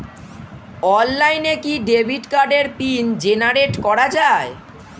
অনলাইনে কি ডেবিট কার্ডের পিন জেনারেট করা যায়?